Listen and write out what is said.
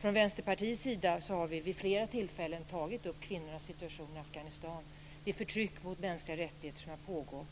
Från Vänsterpartiets sida har vi vid flera tillfällen tagit upp frågan om kvinnornas situation i Afghanistan och det förtryck mot mänskliga rättigheter som har pågått.